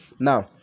Now